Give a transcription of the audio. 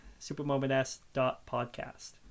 supermoments.podcast